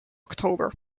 october